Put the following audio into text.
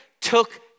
took